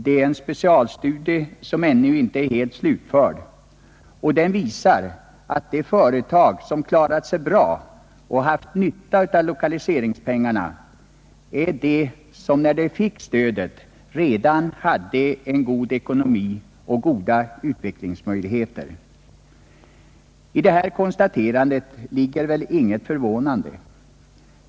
Det är en specialstudie som ännu inte är helt slutförd, och den visar att de företag som klarat sig bra och haft nytta av lokaliseringspengarna är de som redan när de fick stödet hade god ekonomi och goda utvecklingsmöjligheter. I det konstaterandet ligger inget förvånande.